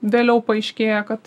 vėliau paaiškėja kad